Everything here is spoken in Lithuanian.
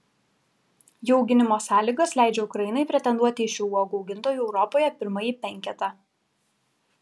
jų auginimo sąlygos leidžia ukrainai pretenduoti į šių uogų augintojų europoje pirmąjį penketą